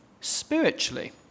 spiritually